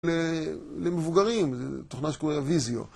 למבוגרים, זו תוכנה שקוראה ויזיו